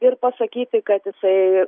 ir pasakyti kad jisai